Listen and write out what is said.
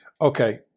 Okay